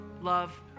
love